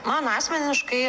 man asmeniškai